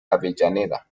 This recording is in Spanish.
avellaneda